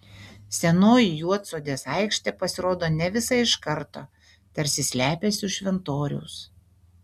senoji juodsodės aikštė pasirodo ne visa iš karto tarsi slepiasi už šventoriaus